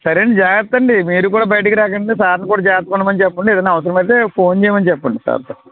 సరే అండి జాగ్రత్తండి మీరు కూడా బయటికి రాకండి సార్ని కూడా జాగ్రత్తగా ఉండమని చెప్పండి ఏదైనా అవసరం అయితే ఫోన్ చేయమని చెప్పండి సార్తో